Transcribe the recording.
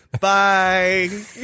Bye